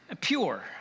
pure